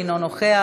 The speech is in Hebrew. אינו נוכח.